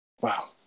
Wow